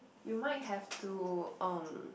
you might have to um